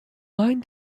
line